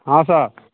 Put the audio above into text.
हँ सर